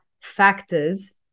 factors